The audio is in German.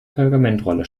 pergamentrolle